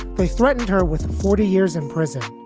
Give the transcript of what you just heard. they threatened her with forty years in prison.